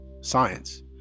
science